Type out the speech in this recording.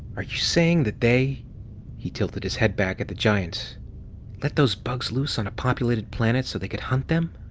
are you saying that they he tilted his head back at the giant let those bugs loose on a populated planet so they could hunt them?